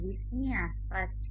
20 ની આસપાસ છે